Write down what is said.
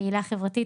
כפעילה חברתית,